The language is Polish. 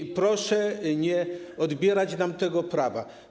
I proszę nie odbierać nam tego prawa.